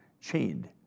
chained